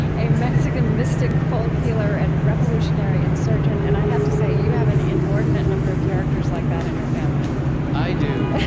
a mexican mystic folk healer and revolutionary insurgent. and i have to say, you have an inordinate number of characters like that in your family i do